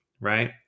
right